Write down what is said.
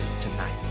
tonight